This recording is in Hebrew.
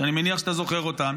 שאני מניח שאתה זוכר אותם,